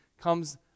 comes